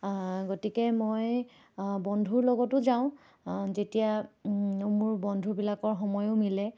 গতিকে মই বন্ধুৰ লগতো যাওঁ যেতিয়া মোৰ বন্ধুবিলাকৰ সময়ো মিলে